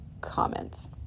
comments